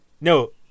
No